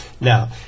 now